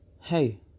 Hey